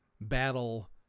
battle